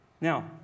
Now